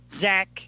Zach